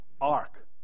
ark